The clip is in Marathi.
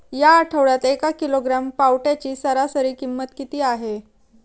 या आठवड्यात एक किलोग्रॅम पावट्याची सरासरी किंमत किती आहे?